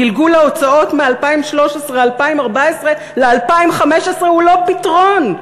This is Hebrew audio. גלגול ההוצאות מ-2013 2014 ל-2015 הוא לא פתרון,